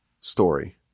story